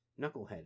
knucklehead